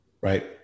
right